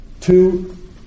two